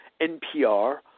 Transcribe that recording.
NPR